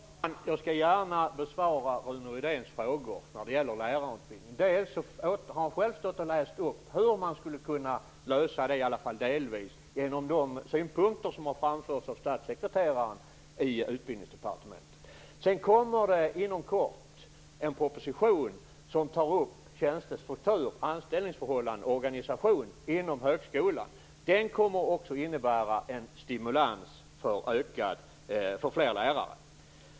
Fru talman! Jag skall gärna besvara Rune Rydéns frågor när det gäller lärarutbildningen. Han har själv stått och läst upp hur man åtminstone delvis skulle kunna lösa problemen, genom de synpunkter som har framförts av statssekreteraren i Utbildningsdepartementet. Inom kort kommer en proposition där tjänstestruktur, anställningsförhållanden och organisation inom högskolan tas upp. Den kommer också att innebära en stimulans för fler lärare.